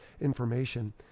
information